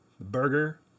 Burger